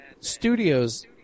studios